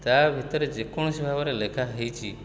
ତା ଭିତରେ ଯେକୌଣସି ଭାବରେ ଲେଖା ହୋଇଛି